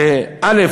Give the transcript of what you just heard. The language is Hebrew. א.